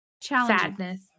Sadness